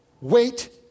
wait